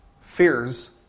fears